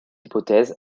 hypothèse